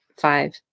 five